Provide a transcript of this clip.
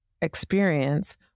experience